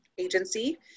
Agency